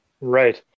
Right